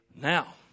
Now